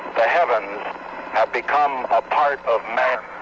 the heavens have become a part of man's